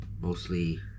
mostly